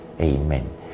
Amen